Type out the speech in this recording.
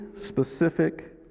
specific